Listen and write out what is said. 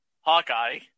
Hawkeye